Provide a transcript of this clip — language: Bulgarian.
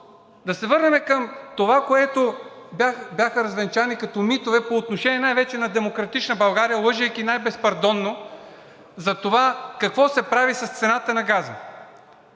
да се върнем към това, че бяха развенчани като митове, най-вече по отношение на „Демократична България“, лъжейки най-безпардонно за това какво се прави с цената на газа.